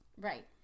Right